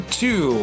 two